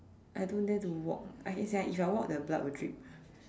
I don't dare to walk I it's like if I walk the blood will drip